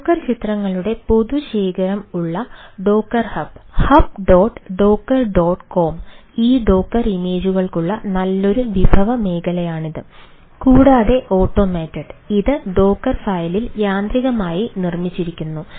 Docker യാന്ത്രികമായി നിർമ്മിച്ചിരിക്കുന്നു